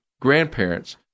Grandparents